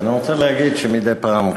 אני רוצה להגיד שמדי פעם,